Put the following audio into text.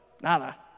nada